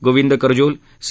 Govind Karjol C